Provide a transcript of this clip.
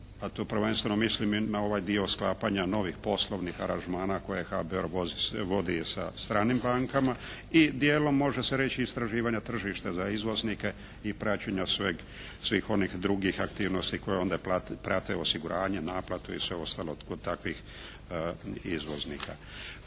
a tu prvenstveno mislim na ovaj dio sklapanja novih poslovnih aranžmana koje HBOR vodi sa stranim bankama i dijelom može se reći istraživanja tržišta za izvoznike i praćenja svih onih drugih aktivnosti koje onda prate osiguranje, naplatu i sve ostalo kod takvih izvoznika.